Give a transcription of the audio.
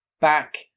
back